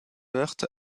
heurte